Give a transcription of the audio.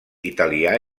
italià